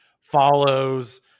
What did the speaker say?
follows